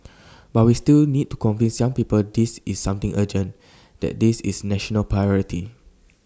but we still need to convince young people this is something urgent that this is national priority